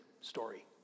story